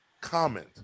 comment